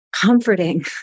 comforting